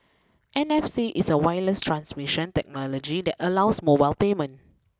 N F C is a wireless transmission technology that allows mobile payment